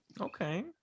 Okay